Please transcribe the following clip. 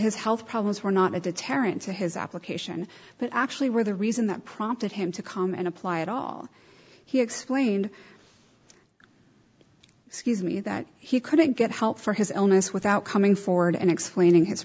his health problems were not at the terence to his application but actually were the reason that prompted him to calm and apply it all he explained excuse me that he couldn't get help for his illness without coming forward and explaining his